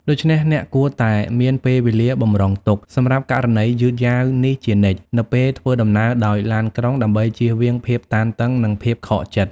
ដូច្នេះ អ្នកគួរតែមាន ពេលវេលាបម្រុងទុក សម្រាប់ករណីយឺតយ៉ាវនេះជានិច្ច នៅពេលធ្វើដំណើរដោយឡានក្រុង ដើម្បីជៀសវាងភាពតានតឹង និងភាពខកចិត្ត។